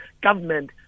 government